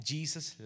Jesus